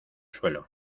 suelo